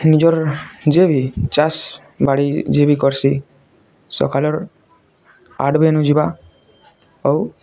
ନିଜର୍ ଯିଏ ବି ଚାଷ୍ ବାଡ଼ି ଯିଏ ବି କର୍ସି ସକାଲର୍ ଆଠ୍ ବେନୁ ଯିବା ଆଉ